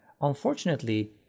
Unfortunately